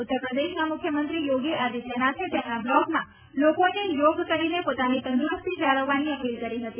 ઉત્તર પ્રદેશના મુખ્યમંત્ર યોગી આદિત્યનાથે તેમના બ્લોગમાં લોકોને યોગ કરીને પોતાની તંદ્દરસ્તી જાળવવાની અપીલ કરી હતી